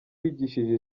wigishije